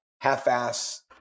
half-ass